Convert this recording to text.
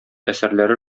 әсәрләре